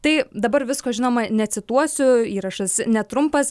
tai dabar visko žinoma necituosiu įrašas netrumpas